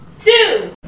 two